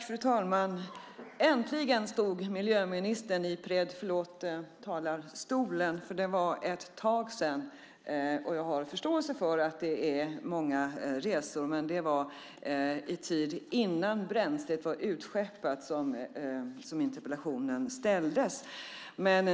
Fru talman! Äntligen stod miljöministern i talarstolen. Det var ett tag sedan. Jag har förståelse för att det är många resor, men det var innan bränslet var utskeppat som interpellationen skrevs.